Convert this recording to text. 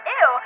ew